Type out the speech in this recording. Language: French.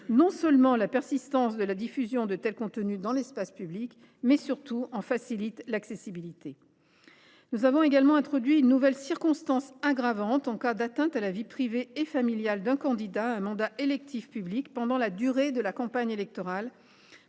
permettent la persistance de la diffusion de tels contenus dans l’espace public, mais surtout en facilitent l’accessibilité. Nous avons également introduit une nouvelle circonstance aggravante en cas d’atteinte à la vie privée et familiale d’un candidat à un mandat électif public pendant la durée de la campagne électorale,